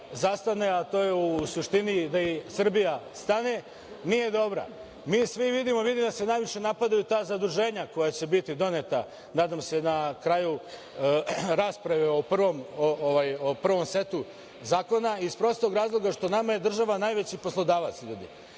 zastane, a to je u suštini da i Srbija stane, nije dobra. Mi svi vidimo, vidim da se najviše napadaju ta zaduženja koja će biti doneta, nadam se, na kraju rasprave o prvom setu zakona iz prostog razloga što je nama država najveći poslodavac, ljudi.